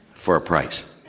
for a price.